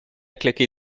claquer